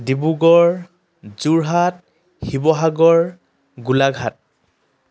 Dibrugarh Jorhat Sivasagar Golaghat